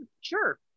sure